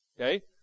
Okay